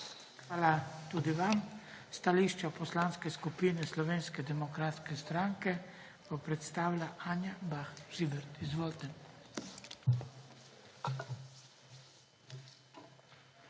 Hvala tudi vam. Stališče Poslanske skupine Slovenske demokratske stranke bo predstavila Anja Bah Žibert. Izvolite.